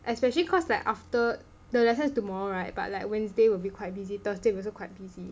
especially cause like after the lesson's tomorrow right but like Wednesday will be quite busy Thurday also quite busy